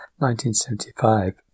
1975